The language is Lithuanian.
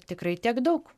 tikrai tiek daug